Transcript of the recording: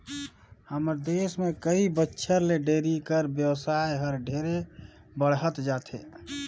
हमर देस में कई बच्छर ले डेयरी कर बेवसाय हर ढेरे बढ़हत जाथे